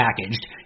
packaged